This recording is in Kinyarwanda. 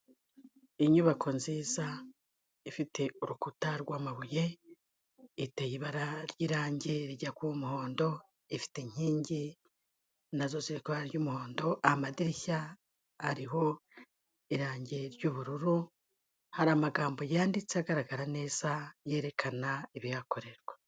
Inyubako nziza ifite urukuta rw'amabuye, iteye ibara ry'irangi rijya kuba umuhondo, ifite inkingi na zo ziri mu ibara ry'umuhondo, amadirishya ariho irangi ry'ubururu, hari amagambo yanditse agaragara neza yerekana ibihakorerwa.